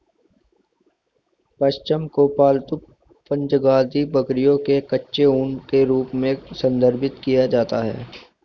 पश्म को पालतू चांगथांगी बकरियों के कच्चे ऊन के रूप में संदर्भित किया जाता है